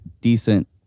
decent